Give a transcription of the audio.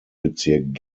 bezirk